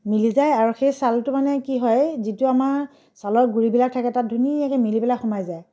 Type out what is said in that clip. মিলি যায় আৰু সেই চালটো মানে কি হয় যিটো আমাৰ চালৰ গুৰিবিলাক থাকে তাত ধুনীয়াকৈ মিলি পেলাই সোমাই যায়